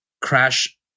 crash